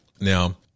Now